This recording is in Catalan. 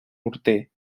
morter